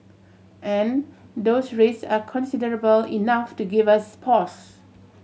and those risk are considerable enough to give us pause